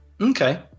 Okay